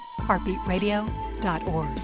heartbeatradio.org